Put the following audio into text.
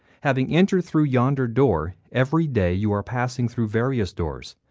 having entered through yonder door. every day you are passing through various doors.